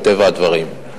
מטבע הדברים.